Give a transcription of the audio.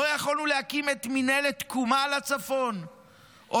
לא יכולנו להקים את מינהלת תקומה לצפון או